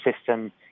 system